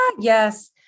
yes